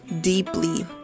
deeply